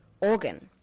organ